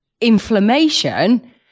Inflammation